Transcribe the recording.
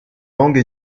langues